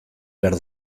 behar